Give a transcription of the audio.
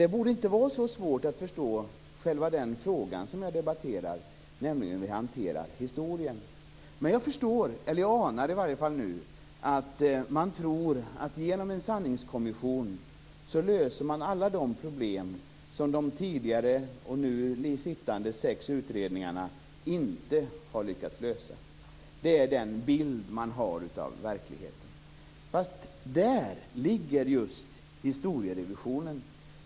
Det borde inte vara så svårt att förstå den fråga som här debatteras, nämligen hur vi hanterar historien. Jag anar att man tror att med hjälp av en sanningskommission löser man alla de problem som de tidigare och nu sittande sex utredningarna inte har lyckats lösa. Det är den bild man har av verkligheten. Där ligger just historierevisionen.